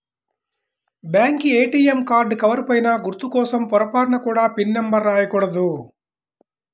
bank ATM card cover పైన గుర్తు కోసం పొరపాటున కూడా పిన్ నెంబర్ రాయకూడదు